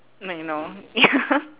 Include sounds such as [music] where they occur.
like you know ya [laughs]